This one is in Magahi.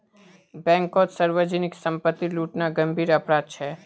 बैंककोत सार्वजनीक संपत्ति लूटना गंभीर अपराध छे